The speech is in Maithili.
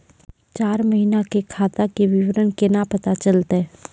चार महिना के खाता के विवरण केना पता चलतै?